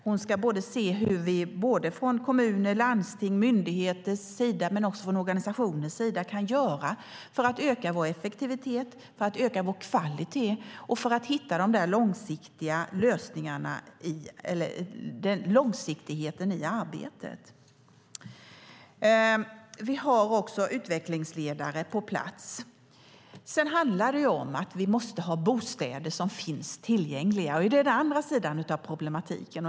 Hon ska se på hur vi både från kommuners, landstings och myndigheters sida och från organisationers sida ska göra för att öka effektiviteten och kvaliteten och för att hitta långsiktigheten i arbetet. Vi har också utvecklingsledare på plats. Sedan handlar det om att vi måste ha bostäder som finns tillgängliga, och det är den andra sidan av problematiken.